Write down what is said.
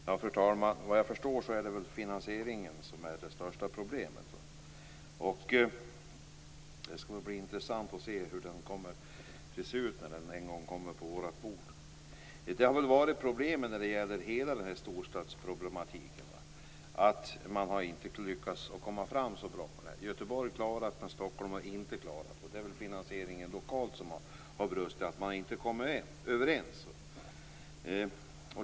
Fru talman! Såvitt jag förstår är det finansieringen som är det största problemet. Det skall bli intressant att se hur den kommer att se ut när förslaget en gång kommer på riksdagens bord. Det har varit problem med hela den här storstadssatsningen, man har inte lyckats så bra. Göteborg har klarat, men Stockholm har inte klarat. Det är finansieringen lokalt som brustit, man har inte kommit överens.